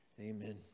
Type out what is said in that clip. Amen